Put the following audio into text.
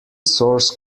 source